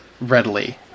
readily